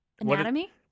anatomy